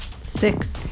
Six